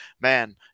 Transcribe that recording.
man